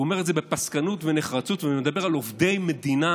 והוא אומר את זה בפסקנות ונחרצות ומדבר על עובדי מדינה,